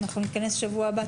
אנחנו נתכנס בשבוע הבא,